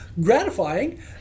gratifying